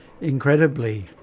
incredibly